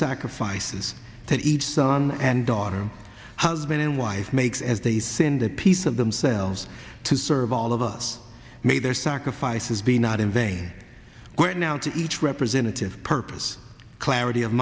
sacrifices that each son and daughter husband and wife makes as they say in the piece of themselves to serve all of us made their sacrifices be not in vain when now to each representative purpose clarity of